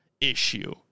issue